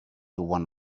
one